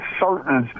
certain